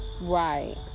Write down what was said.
Right